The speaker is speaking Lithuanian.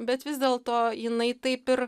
bet vis dėlto jinai taip ir